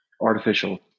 artificial